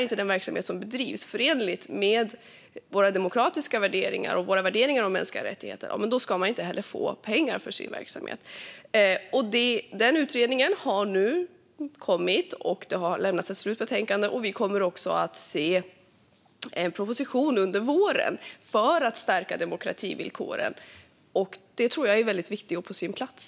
Är inte den verksamhet som bedrivs förenlig med våra demokratiska värderingar och våra värderingar när det gäller mänskliga rättigheter ska den inte heller få pengar. Utredningen har nu kommit, och det har lämnats ett slutbetänkande. Under våren kommer vi också att se en proposition om att stärka demokrativillkoren. Jag tror att det är väldigt viktigt och på sin plats.